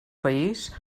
país